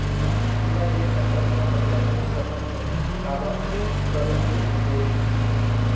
मोला जियो कंपनी मां पइसा निवेश करना हे, काबर करेके होही?